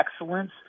excellence